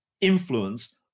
influence